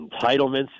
entitlements